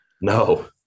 no